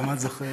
גם את זוכרת.